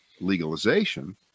legalization